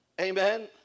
Amen